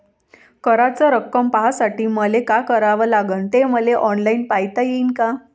कराच रक्कम पाहासाठी मले का करावं लागन, ते मले ऑनलाईन पायता येईन का?